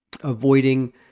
Avoiding